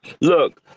look